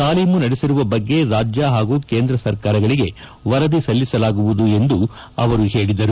ತಾಲೀಮು ನಡೆಸಿರುವ ಬಗ್ಗೆ ರಾಜ್ಯ ಹಾಗೂ ಕೇಂದ್ರ ಸರ್ಕಾರಕ್ಷೆ ವರದಿ ಸಲ್ಲಿಸಲಾಗುವುದು ಎಂದು ಹೇಳಿದ್ದಾರೆ